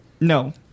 no